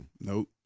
Nope